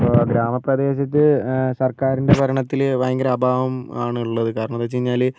ഇപ്പോൾ ഗ്രാമപ്രദേശത്ത് സർക്കാരിൻ്റെ ഭരണത്തിൽ ഭയങ്കര അഭാവം ആണുള്ളത് കാരണം എന്താണെന്ന് വെച്ച് കഴിഞ്ഞാൽ